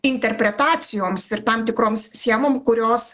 interpretacijoms ir tam tikroms schemom kurios